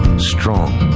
strong,